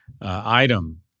item